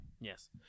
Yes